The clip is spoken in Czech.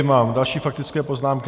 Mám další faktické poznámky.